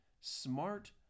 smart